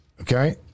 okay